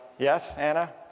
yes anna?